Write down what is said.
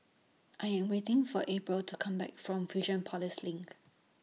I Am waiting For April to Come Back from LINK